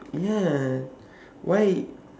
yeah why